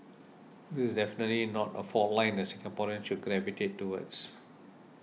this is definitely not a fault line that Singaporeans should gravitate towards